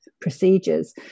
procedures